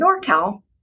NorCal